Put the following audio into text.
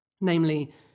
Namely